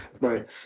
right